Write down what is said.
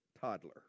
toddler